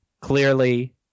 Clearly